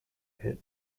hit